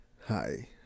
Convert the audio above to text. Hi